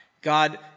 God